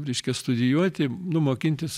reiškia studijuoti nu mokintis